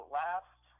last